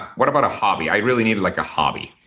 what about a hobby? i really need like a hobby.